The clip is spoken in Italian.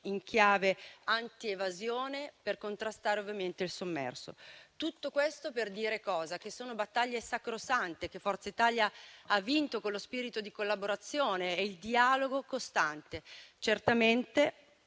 in chiave anti-evasione per contrastare ovviamente il sommerso. Tutto questo per dire che sono battaglie sacrosante, che Forza Italia ha vinto con lo spirito di collaborazione e il dialogo costante, certamente,